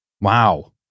Wow